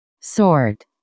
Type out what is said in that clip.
sword